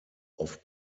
auf